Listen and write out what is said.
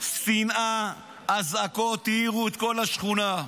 שנאה, הזעקות העירו את כל השכונה,